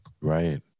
Right